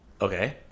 Okay